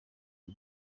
uyu